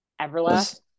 Everlast